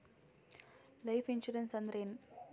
Life insurance ಅಂದ್ರ ಏನ?